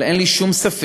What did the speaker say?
אבל אין לי שום ספק